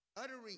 uttering